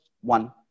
one